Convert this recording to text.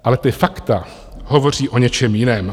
Ale ta fakta hovoří o něčem jiném.